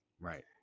Right